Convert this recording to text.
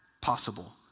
possible